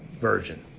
version